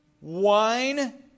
wine